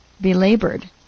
belabored